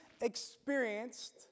experienced